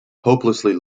hopelessly